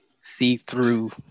see-through